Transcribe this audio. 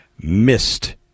missed